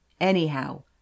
Anyhow